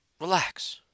relax